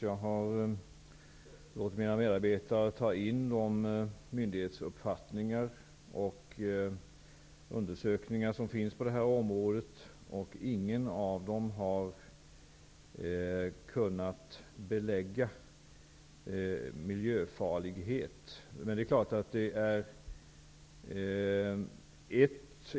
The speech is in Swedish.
Jag har låtit mina medarbetare ta in de myndighetsuppfattningar och undersökningar som finns på det här området. Ingen av dem har kunnat belägga miljöfarlighet.